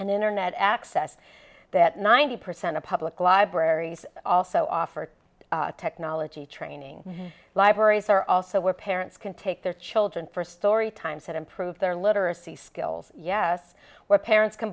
and internet access that ninety percent of public libraries also offer technology training libraries are also where parents can take their children for storytime said improve their literacy skills yes where parents can